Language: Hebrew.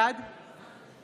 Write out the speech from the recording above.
בעד